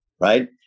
right